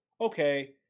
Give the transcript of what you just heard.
okay